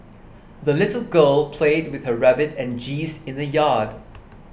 the little girl played with her rabbit and geese in the yard